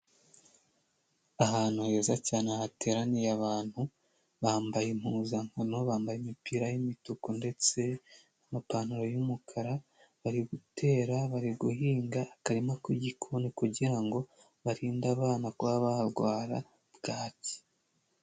Ahantu heza cyane hateraniye abantu bambaye impuzankano, bambaye imipira y'imituku ndetse amapantaro y'umukara, bari gutera, bari guhinga akarima k'igikoni kugira ngo barinde abana kuba barwara bwaki.